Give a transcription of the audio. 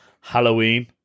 Halloween